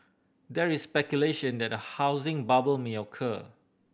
there is speculation that a housing bubble may occur